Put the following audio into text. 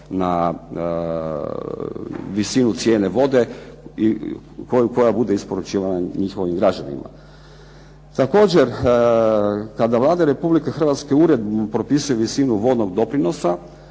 na visinu cijene vode koja bude isporučivana njihovim građanima. Također, kada Vlade Republike Hrvatske uredbom propisuje visinu vodnog doprinosa